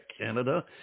Canada